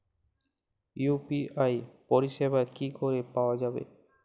UPI পরিষেবা কি করে পাওয়া যাবে?